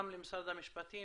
גם למשרד המשפטים,